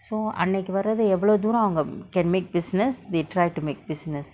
so அன்னைக்கு வரது எவளோ தூரோ அவங்க:annaiku varathu evalo thooro avanga can make business they try to make business